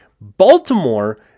Baltimore